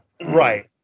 right